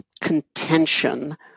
contention